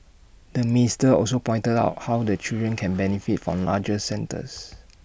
the minister also pointed out how the children can benefit from larger centres